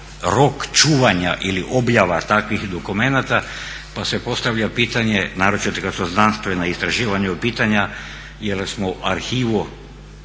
rok čuvanja ili objava takvih dokumenata pa se postavlja pitanje, naročito kad su znanstvena istraživanja u pitanju jer smo arhivu